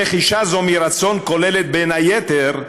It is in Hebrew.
רכישה זו "מרצון" כוללת, בין היתר,